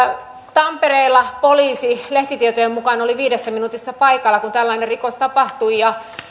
tampereella poliisi lehtitietojen mukaan oli viidessä minuutissa paikalla kun tällainen rikos tapahtui